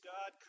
God